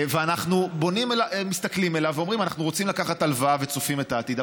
ואנחנו מסתכלים אליו ואומרים: אנחנו רוצים לקחת הלוואה וצופים את העתיד.